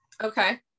Okay